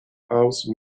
house